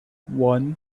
one